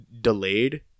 delayed